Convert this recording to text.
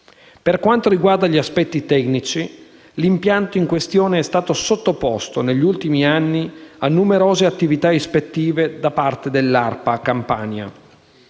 Per quanto riguarda gli aspetti tecnici, l'impianto in questione è stato sottoposto, negli ultimi anni, a numerose attività ispettive da parte dell'ARPA Campania.